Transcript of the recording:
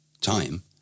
Time